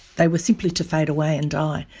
they were simply to fade away and die.